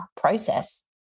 process